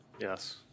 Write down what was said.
Yes